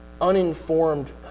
uninformed